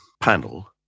panel